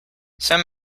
some